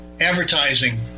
advertising